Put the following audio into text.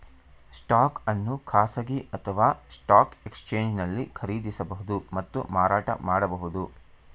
stock ಅನ್ನು ಖಾಸಗಿ ಅಥವಾ ಸ್ಟಾಕ್ ಎಕ್ಸ್ಚೇಂಜ್ನಲ್ಲಿ ಖರೀದಿಸಬಹುದು ಮತ್ತು ಮಾರಾಟ ಮಾಡಬಹುದು